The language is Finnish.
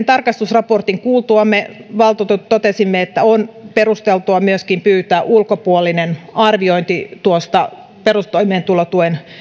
tarkastusraportin kuultuamme me valtuutetut totesimme että on perusteltua pyytää myöskin ulkopuolinen arviointi perustoimeentulotuen